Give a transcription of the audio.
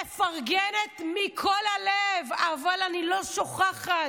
מפרגנת מכל הלב, אבל אני לא שוכחת,